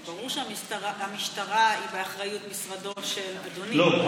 זה ברור שהמשטרה היא באחריות משרדו של אדוני, לא.